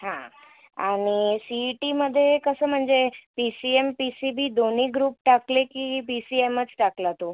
हां आणि C E टीमध्ये कसं म्हणजे P C M P C B दोन्ही ग्रुप टाकले की पी सी एमच टाकला तो